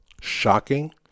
shocking